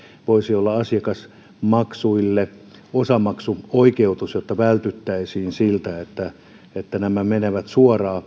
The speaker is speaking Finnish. voisi olla asiakasmaksuille osamaksuoikeutus jotta vältyttäisiin siltä että että ne menevät suoraan